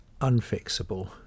unfixable